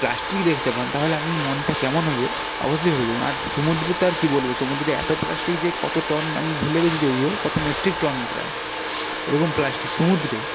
plastic দেখতে পান তাহলে আপনার মনটা কেমন হবে অবশ্যই ভেবে দেখুন আর সমুদ্রেতে আর কী বলব সমুদ্রেতে এত প্লাস্টিক যে কত টন আমি ভুলে গেছি যদিও কত মেট্রিক টন প্রায় এরকম প্লাস্টিক সমুদ্রে